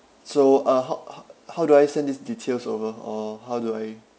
so uh ho~ ho~ how do I send this details over or how do I